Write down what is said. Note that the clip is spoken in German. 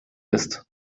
ist